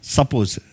Suppose